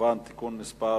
(תיקון מס'